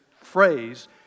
phrase